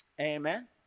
Amen